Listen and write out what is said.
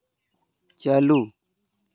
ᱪᱟᱹᱞᱩ